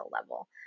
level